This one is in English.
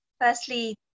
firstly